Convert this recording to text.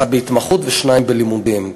אחד בהתמחות ושניים בלימודים.